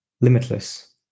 limitless